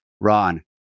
Ron